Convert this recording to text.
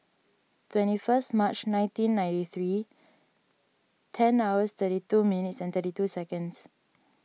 twenty first March nineteen ninety three ten hours thirty two minutes and thirty two seconds